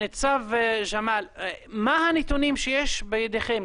ניצב ג'מאל, מה הנתונים שיש בידכם?